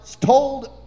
told